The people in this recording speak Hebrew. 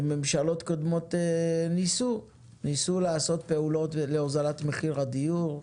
ממשלות קודמות ניסו לעשות פעולות להוזלת מחיר הדיור,